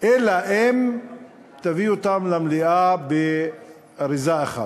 אלא אם תביא אותם למליאה באריזה אחת,